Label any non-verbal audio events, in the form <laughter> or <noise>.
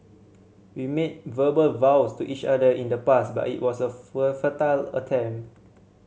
we made verbal vows to each other in the past but it was a <unintelligible> attempt